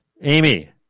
Amy